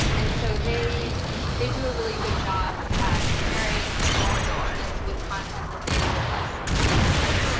and so they they do a really good job at pairing transcriptionists with content that they will be successful with.